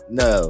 no